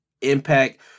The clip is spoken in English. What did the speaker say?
Impact